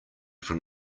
from